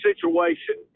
situation